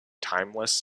timeless